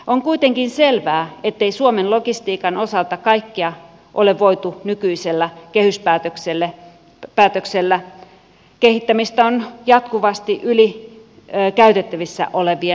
on kuitenkin selvää ettei suomen logistiikan osalta kaikkea ole voitu ratkaista nykyisellä kehyspäätöksellä kehittämistä on jatkuvasti yli käytettävissä olevien varojen